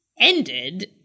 ended